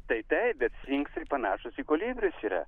tai taip bet sfinksai panašūs į kolibrius yra